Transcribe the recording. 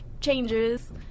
changes